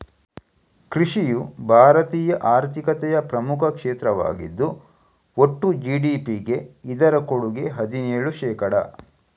ಕೃಷಿಯು ಭಾರತೀಯ ಆರ್ಥಿಕತೆಯ ಪ್ರಮುಖ ಕ್ಷೇತ್ರವಾಗಿದ್ದು ಒಟ್ಟು ಜಿ.ಡಿ.ಪಿಗೆ ಇದರ ಕೊಡುಗೆ ಹದಿನೇಳು ಶೇಕಡಾ